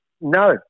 No